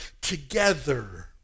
together